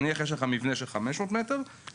ואם נניח יש לך מבנה של 500 מטרים --- הבנתי,